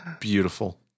beautiful